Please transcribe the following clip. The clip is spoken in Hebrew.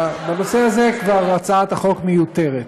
בנושא הזה הצעת החוק כבר מיותרת.